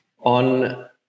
on